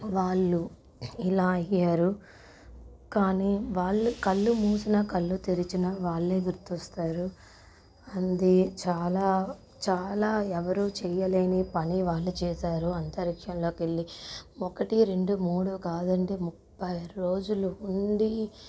వాళ్ళు ఇలా అయ్యారు కానీ వాళ్ళు కళ్ళు మూసినా కళ్ళు తెరిచిన వాళ్ళే గుర్తొస్తారు అందే చాలా చాలా ఎవ్వరూ చేయలేని పని వాళ్ళు చేశారు అంతరిక్షంలోకెళ్ళి ఒకటి రెండు మూడు కాదండి ముప్పై రోజులు ఉండి